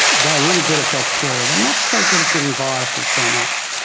they're really good at bacteria. they're not so good at getting viruses so much.